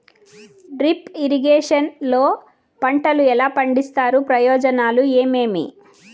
Drip irrigation లో పంటలు ఎలా పండిస్తారు ప్రయోజనం ఏమేమి?